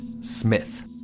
Smith